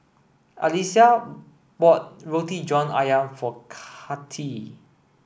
Alysia bought Roti John Ayam for Cathi